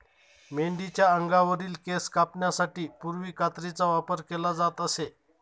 मेंढीच्या अंगावरील केस कापण्यासाठी पूर्वी कात्रीचा वापर केला जात असे